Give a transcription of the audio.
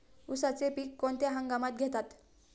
उसाचे पीक कोणत्या हंगामात घेतात?